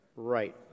right